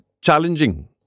challenging